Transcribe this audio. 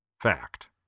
Fact